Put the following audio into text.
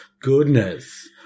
Goodness